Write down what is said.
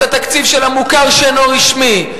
את התקציב של המוכר שאינו רשמי,